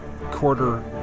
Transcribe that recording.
quarter